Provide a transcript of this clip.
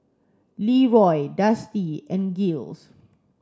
Leeroy Dusty and Giles